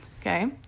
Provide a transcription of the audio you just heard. okay